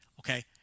Okay